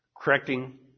correcting